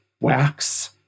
wax